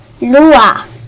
lua